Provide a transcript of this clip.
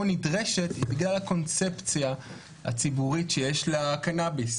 נדרשת זה בגלל הקונספציה הציבורית שיש לקנאביס,